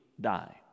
die